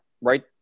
right